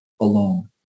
alone